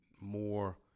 more